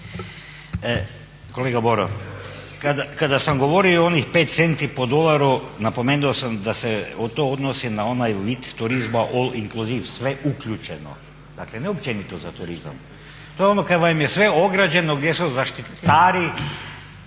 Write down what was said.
Kolega Boro, kada sam govorio o onih 5 centi po dolaru napomenuo sam da se to odnosi na onaj vid turizma all inclusive sve uključeno, dakle ne općenito za turizam, to je ono kad vam je sve ograđeno, gdje su zaštitari,